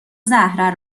زهره